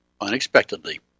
Unexpectedly